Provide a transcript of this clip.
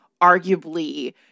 arguably